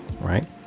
right